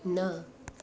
न